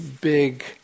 big